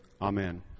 Amen